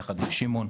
יחד עם שמעון,